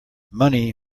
money